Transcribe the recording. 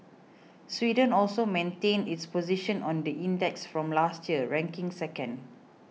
Sweden also maintained its position on the index from last year ranking second